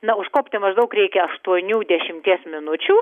na užkopti maždaug reikia aštuonių dešimties minučių